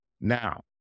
Now